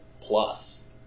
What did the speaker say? Plus